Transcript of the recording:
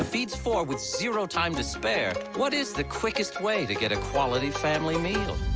ah feeds four with zero time to spare. what is the quickest way to get a quality family meal?